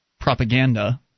propaganda